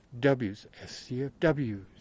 SCFWs